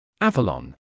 Avalon